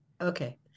Okay